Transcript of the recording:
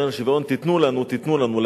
הם אומרים על שוויון תיתנו לנו, תיתנו לנו.